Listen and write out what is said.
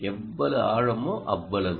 எவ்வளவு ஆழமோ அவ்வளவு